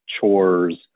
chores